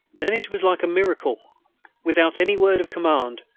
then it was like a miracle without any word of command,